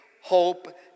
hope